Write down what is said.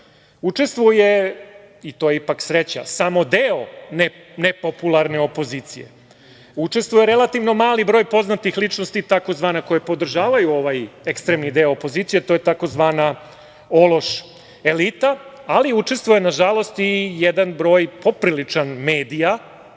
učestvuje, i to je ipak sreća, samo deo nepopularne opozicije, učestvuje relativno mali broj poznatih ličnosti takozvanih koje podržavaju ovaj ekstremni deo opozicije, to je tzv. ološ elita, ali učestvuje, nažalost, i jedan broj popriličan medija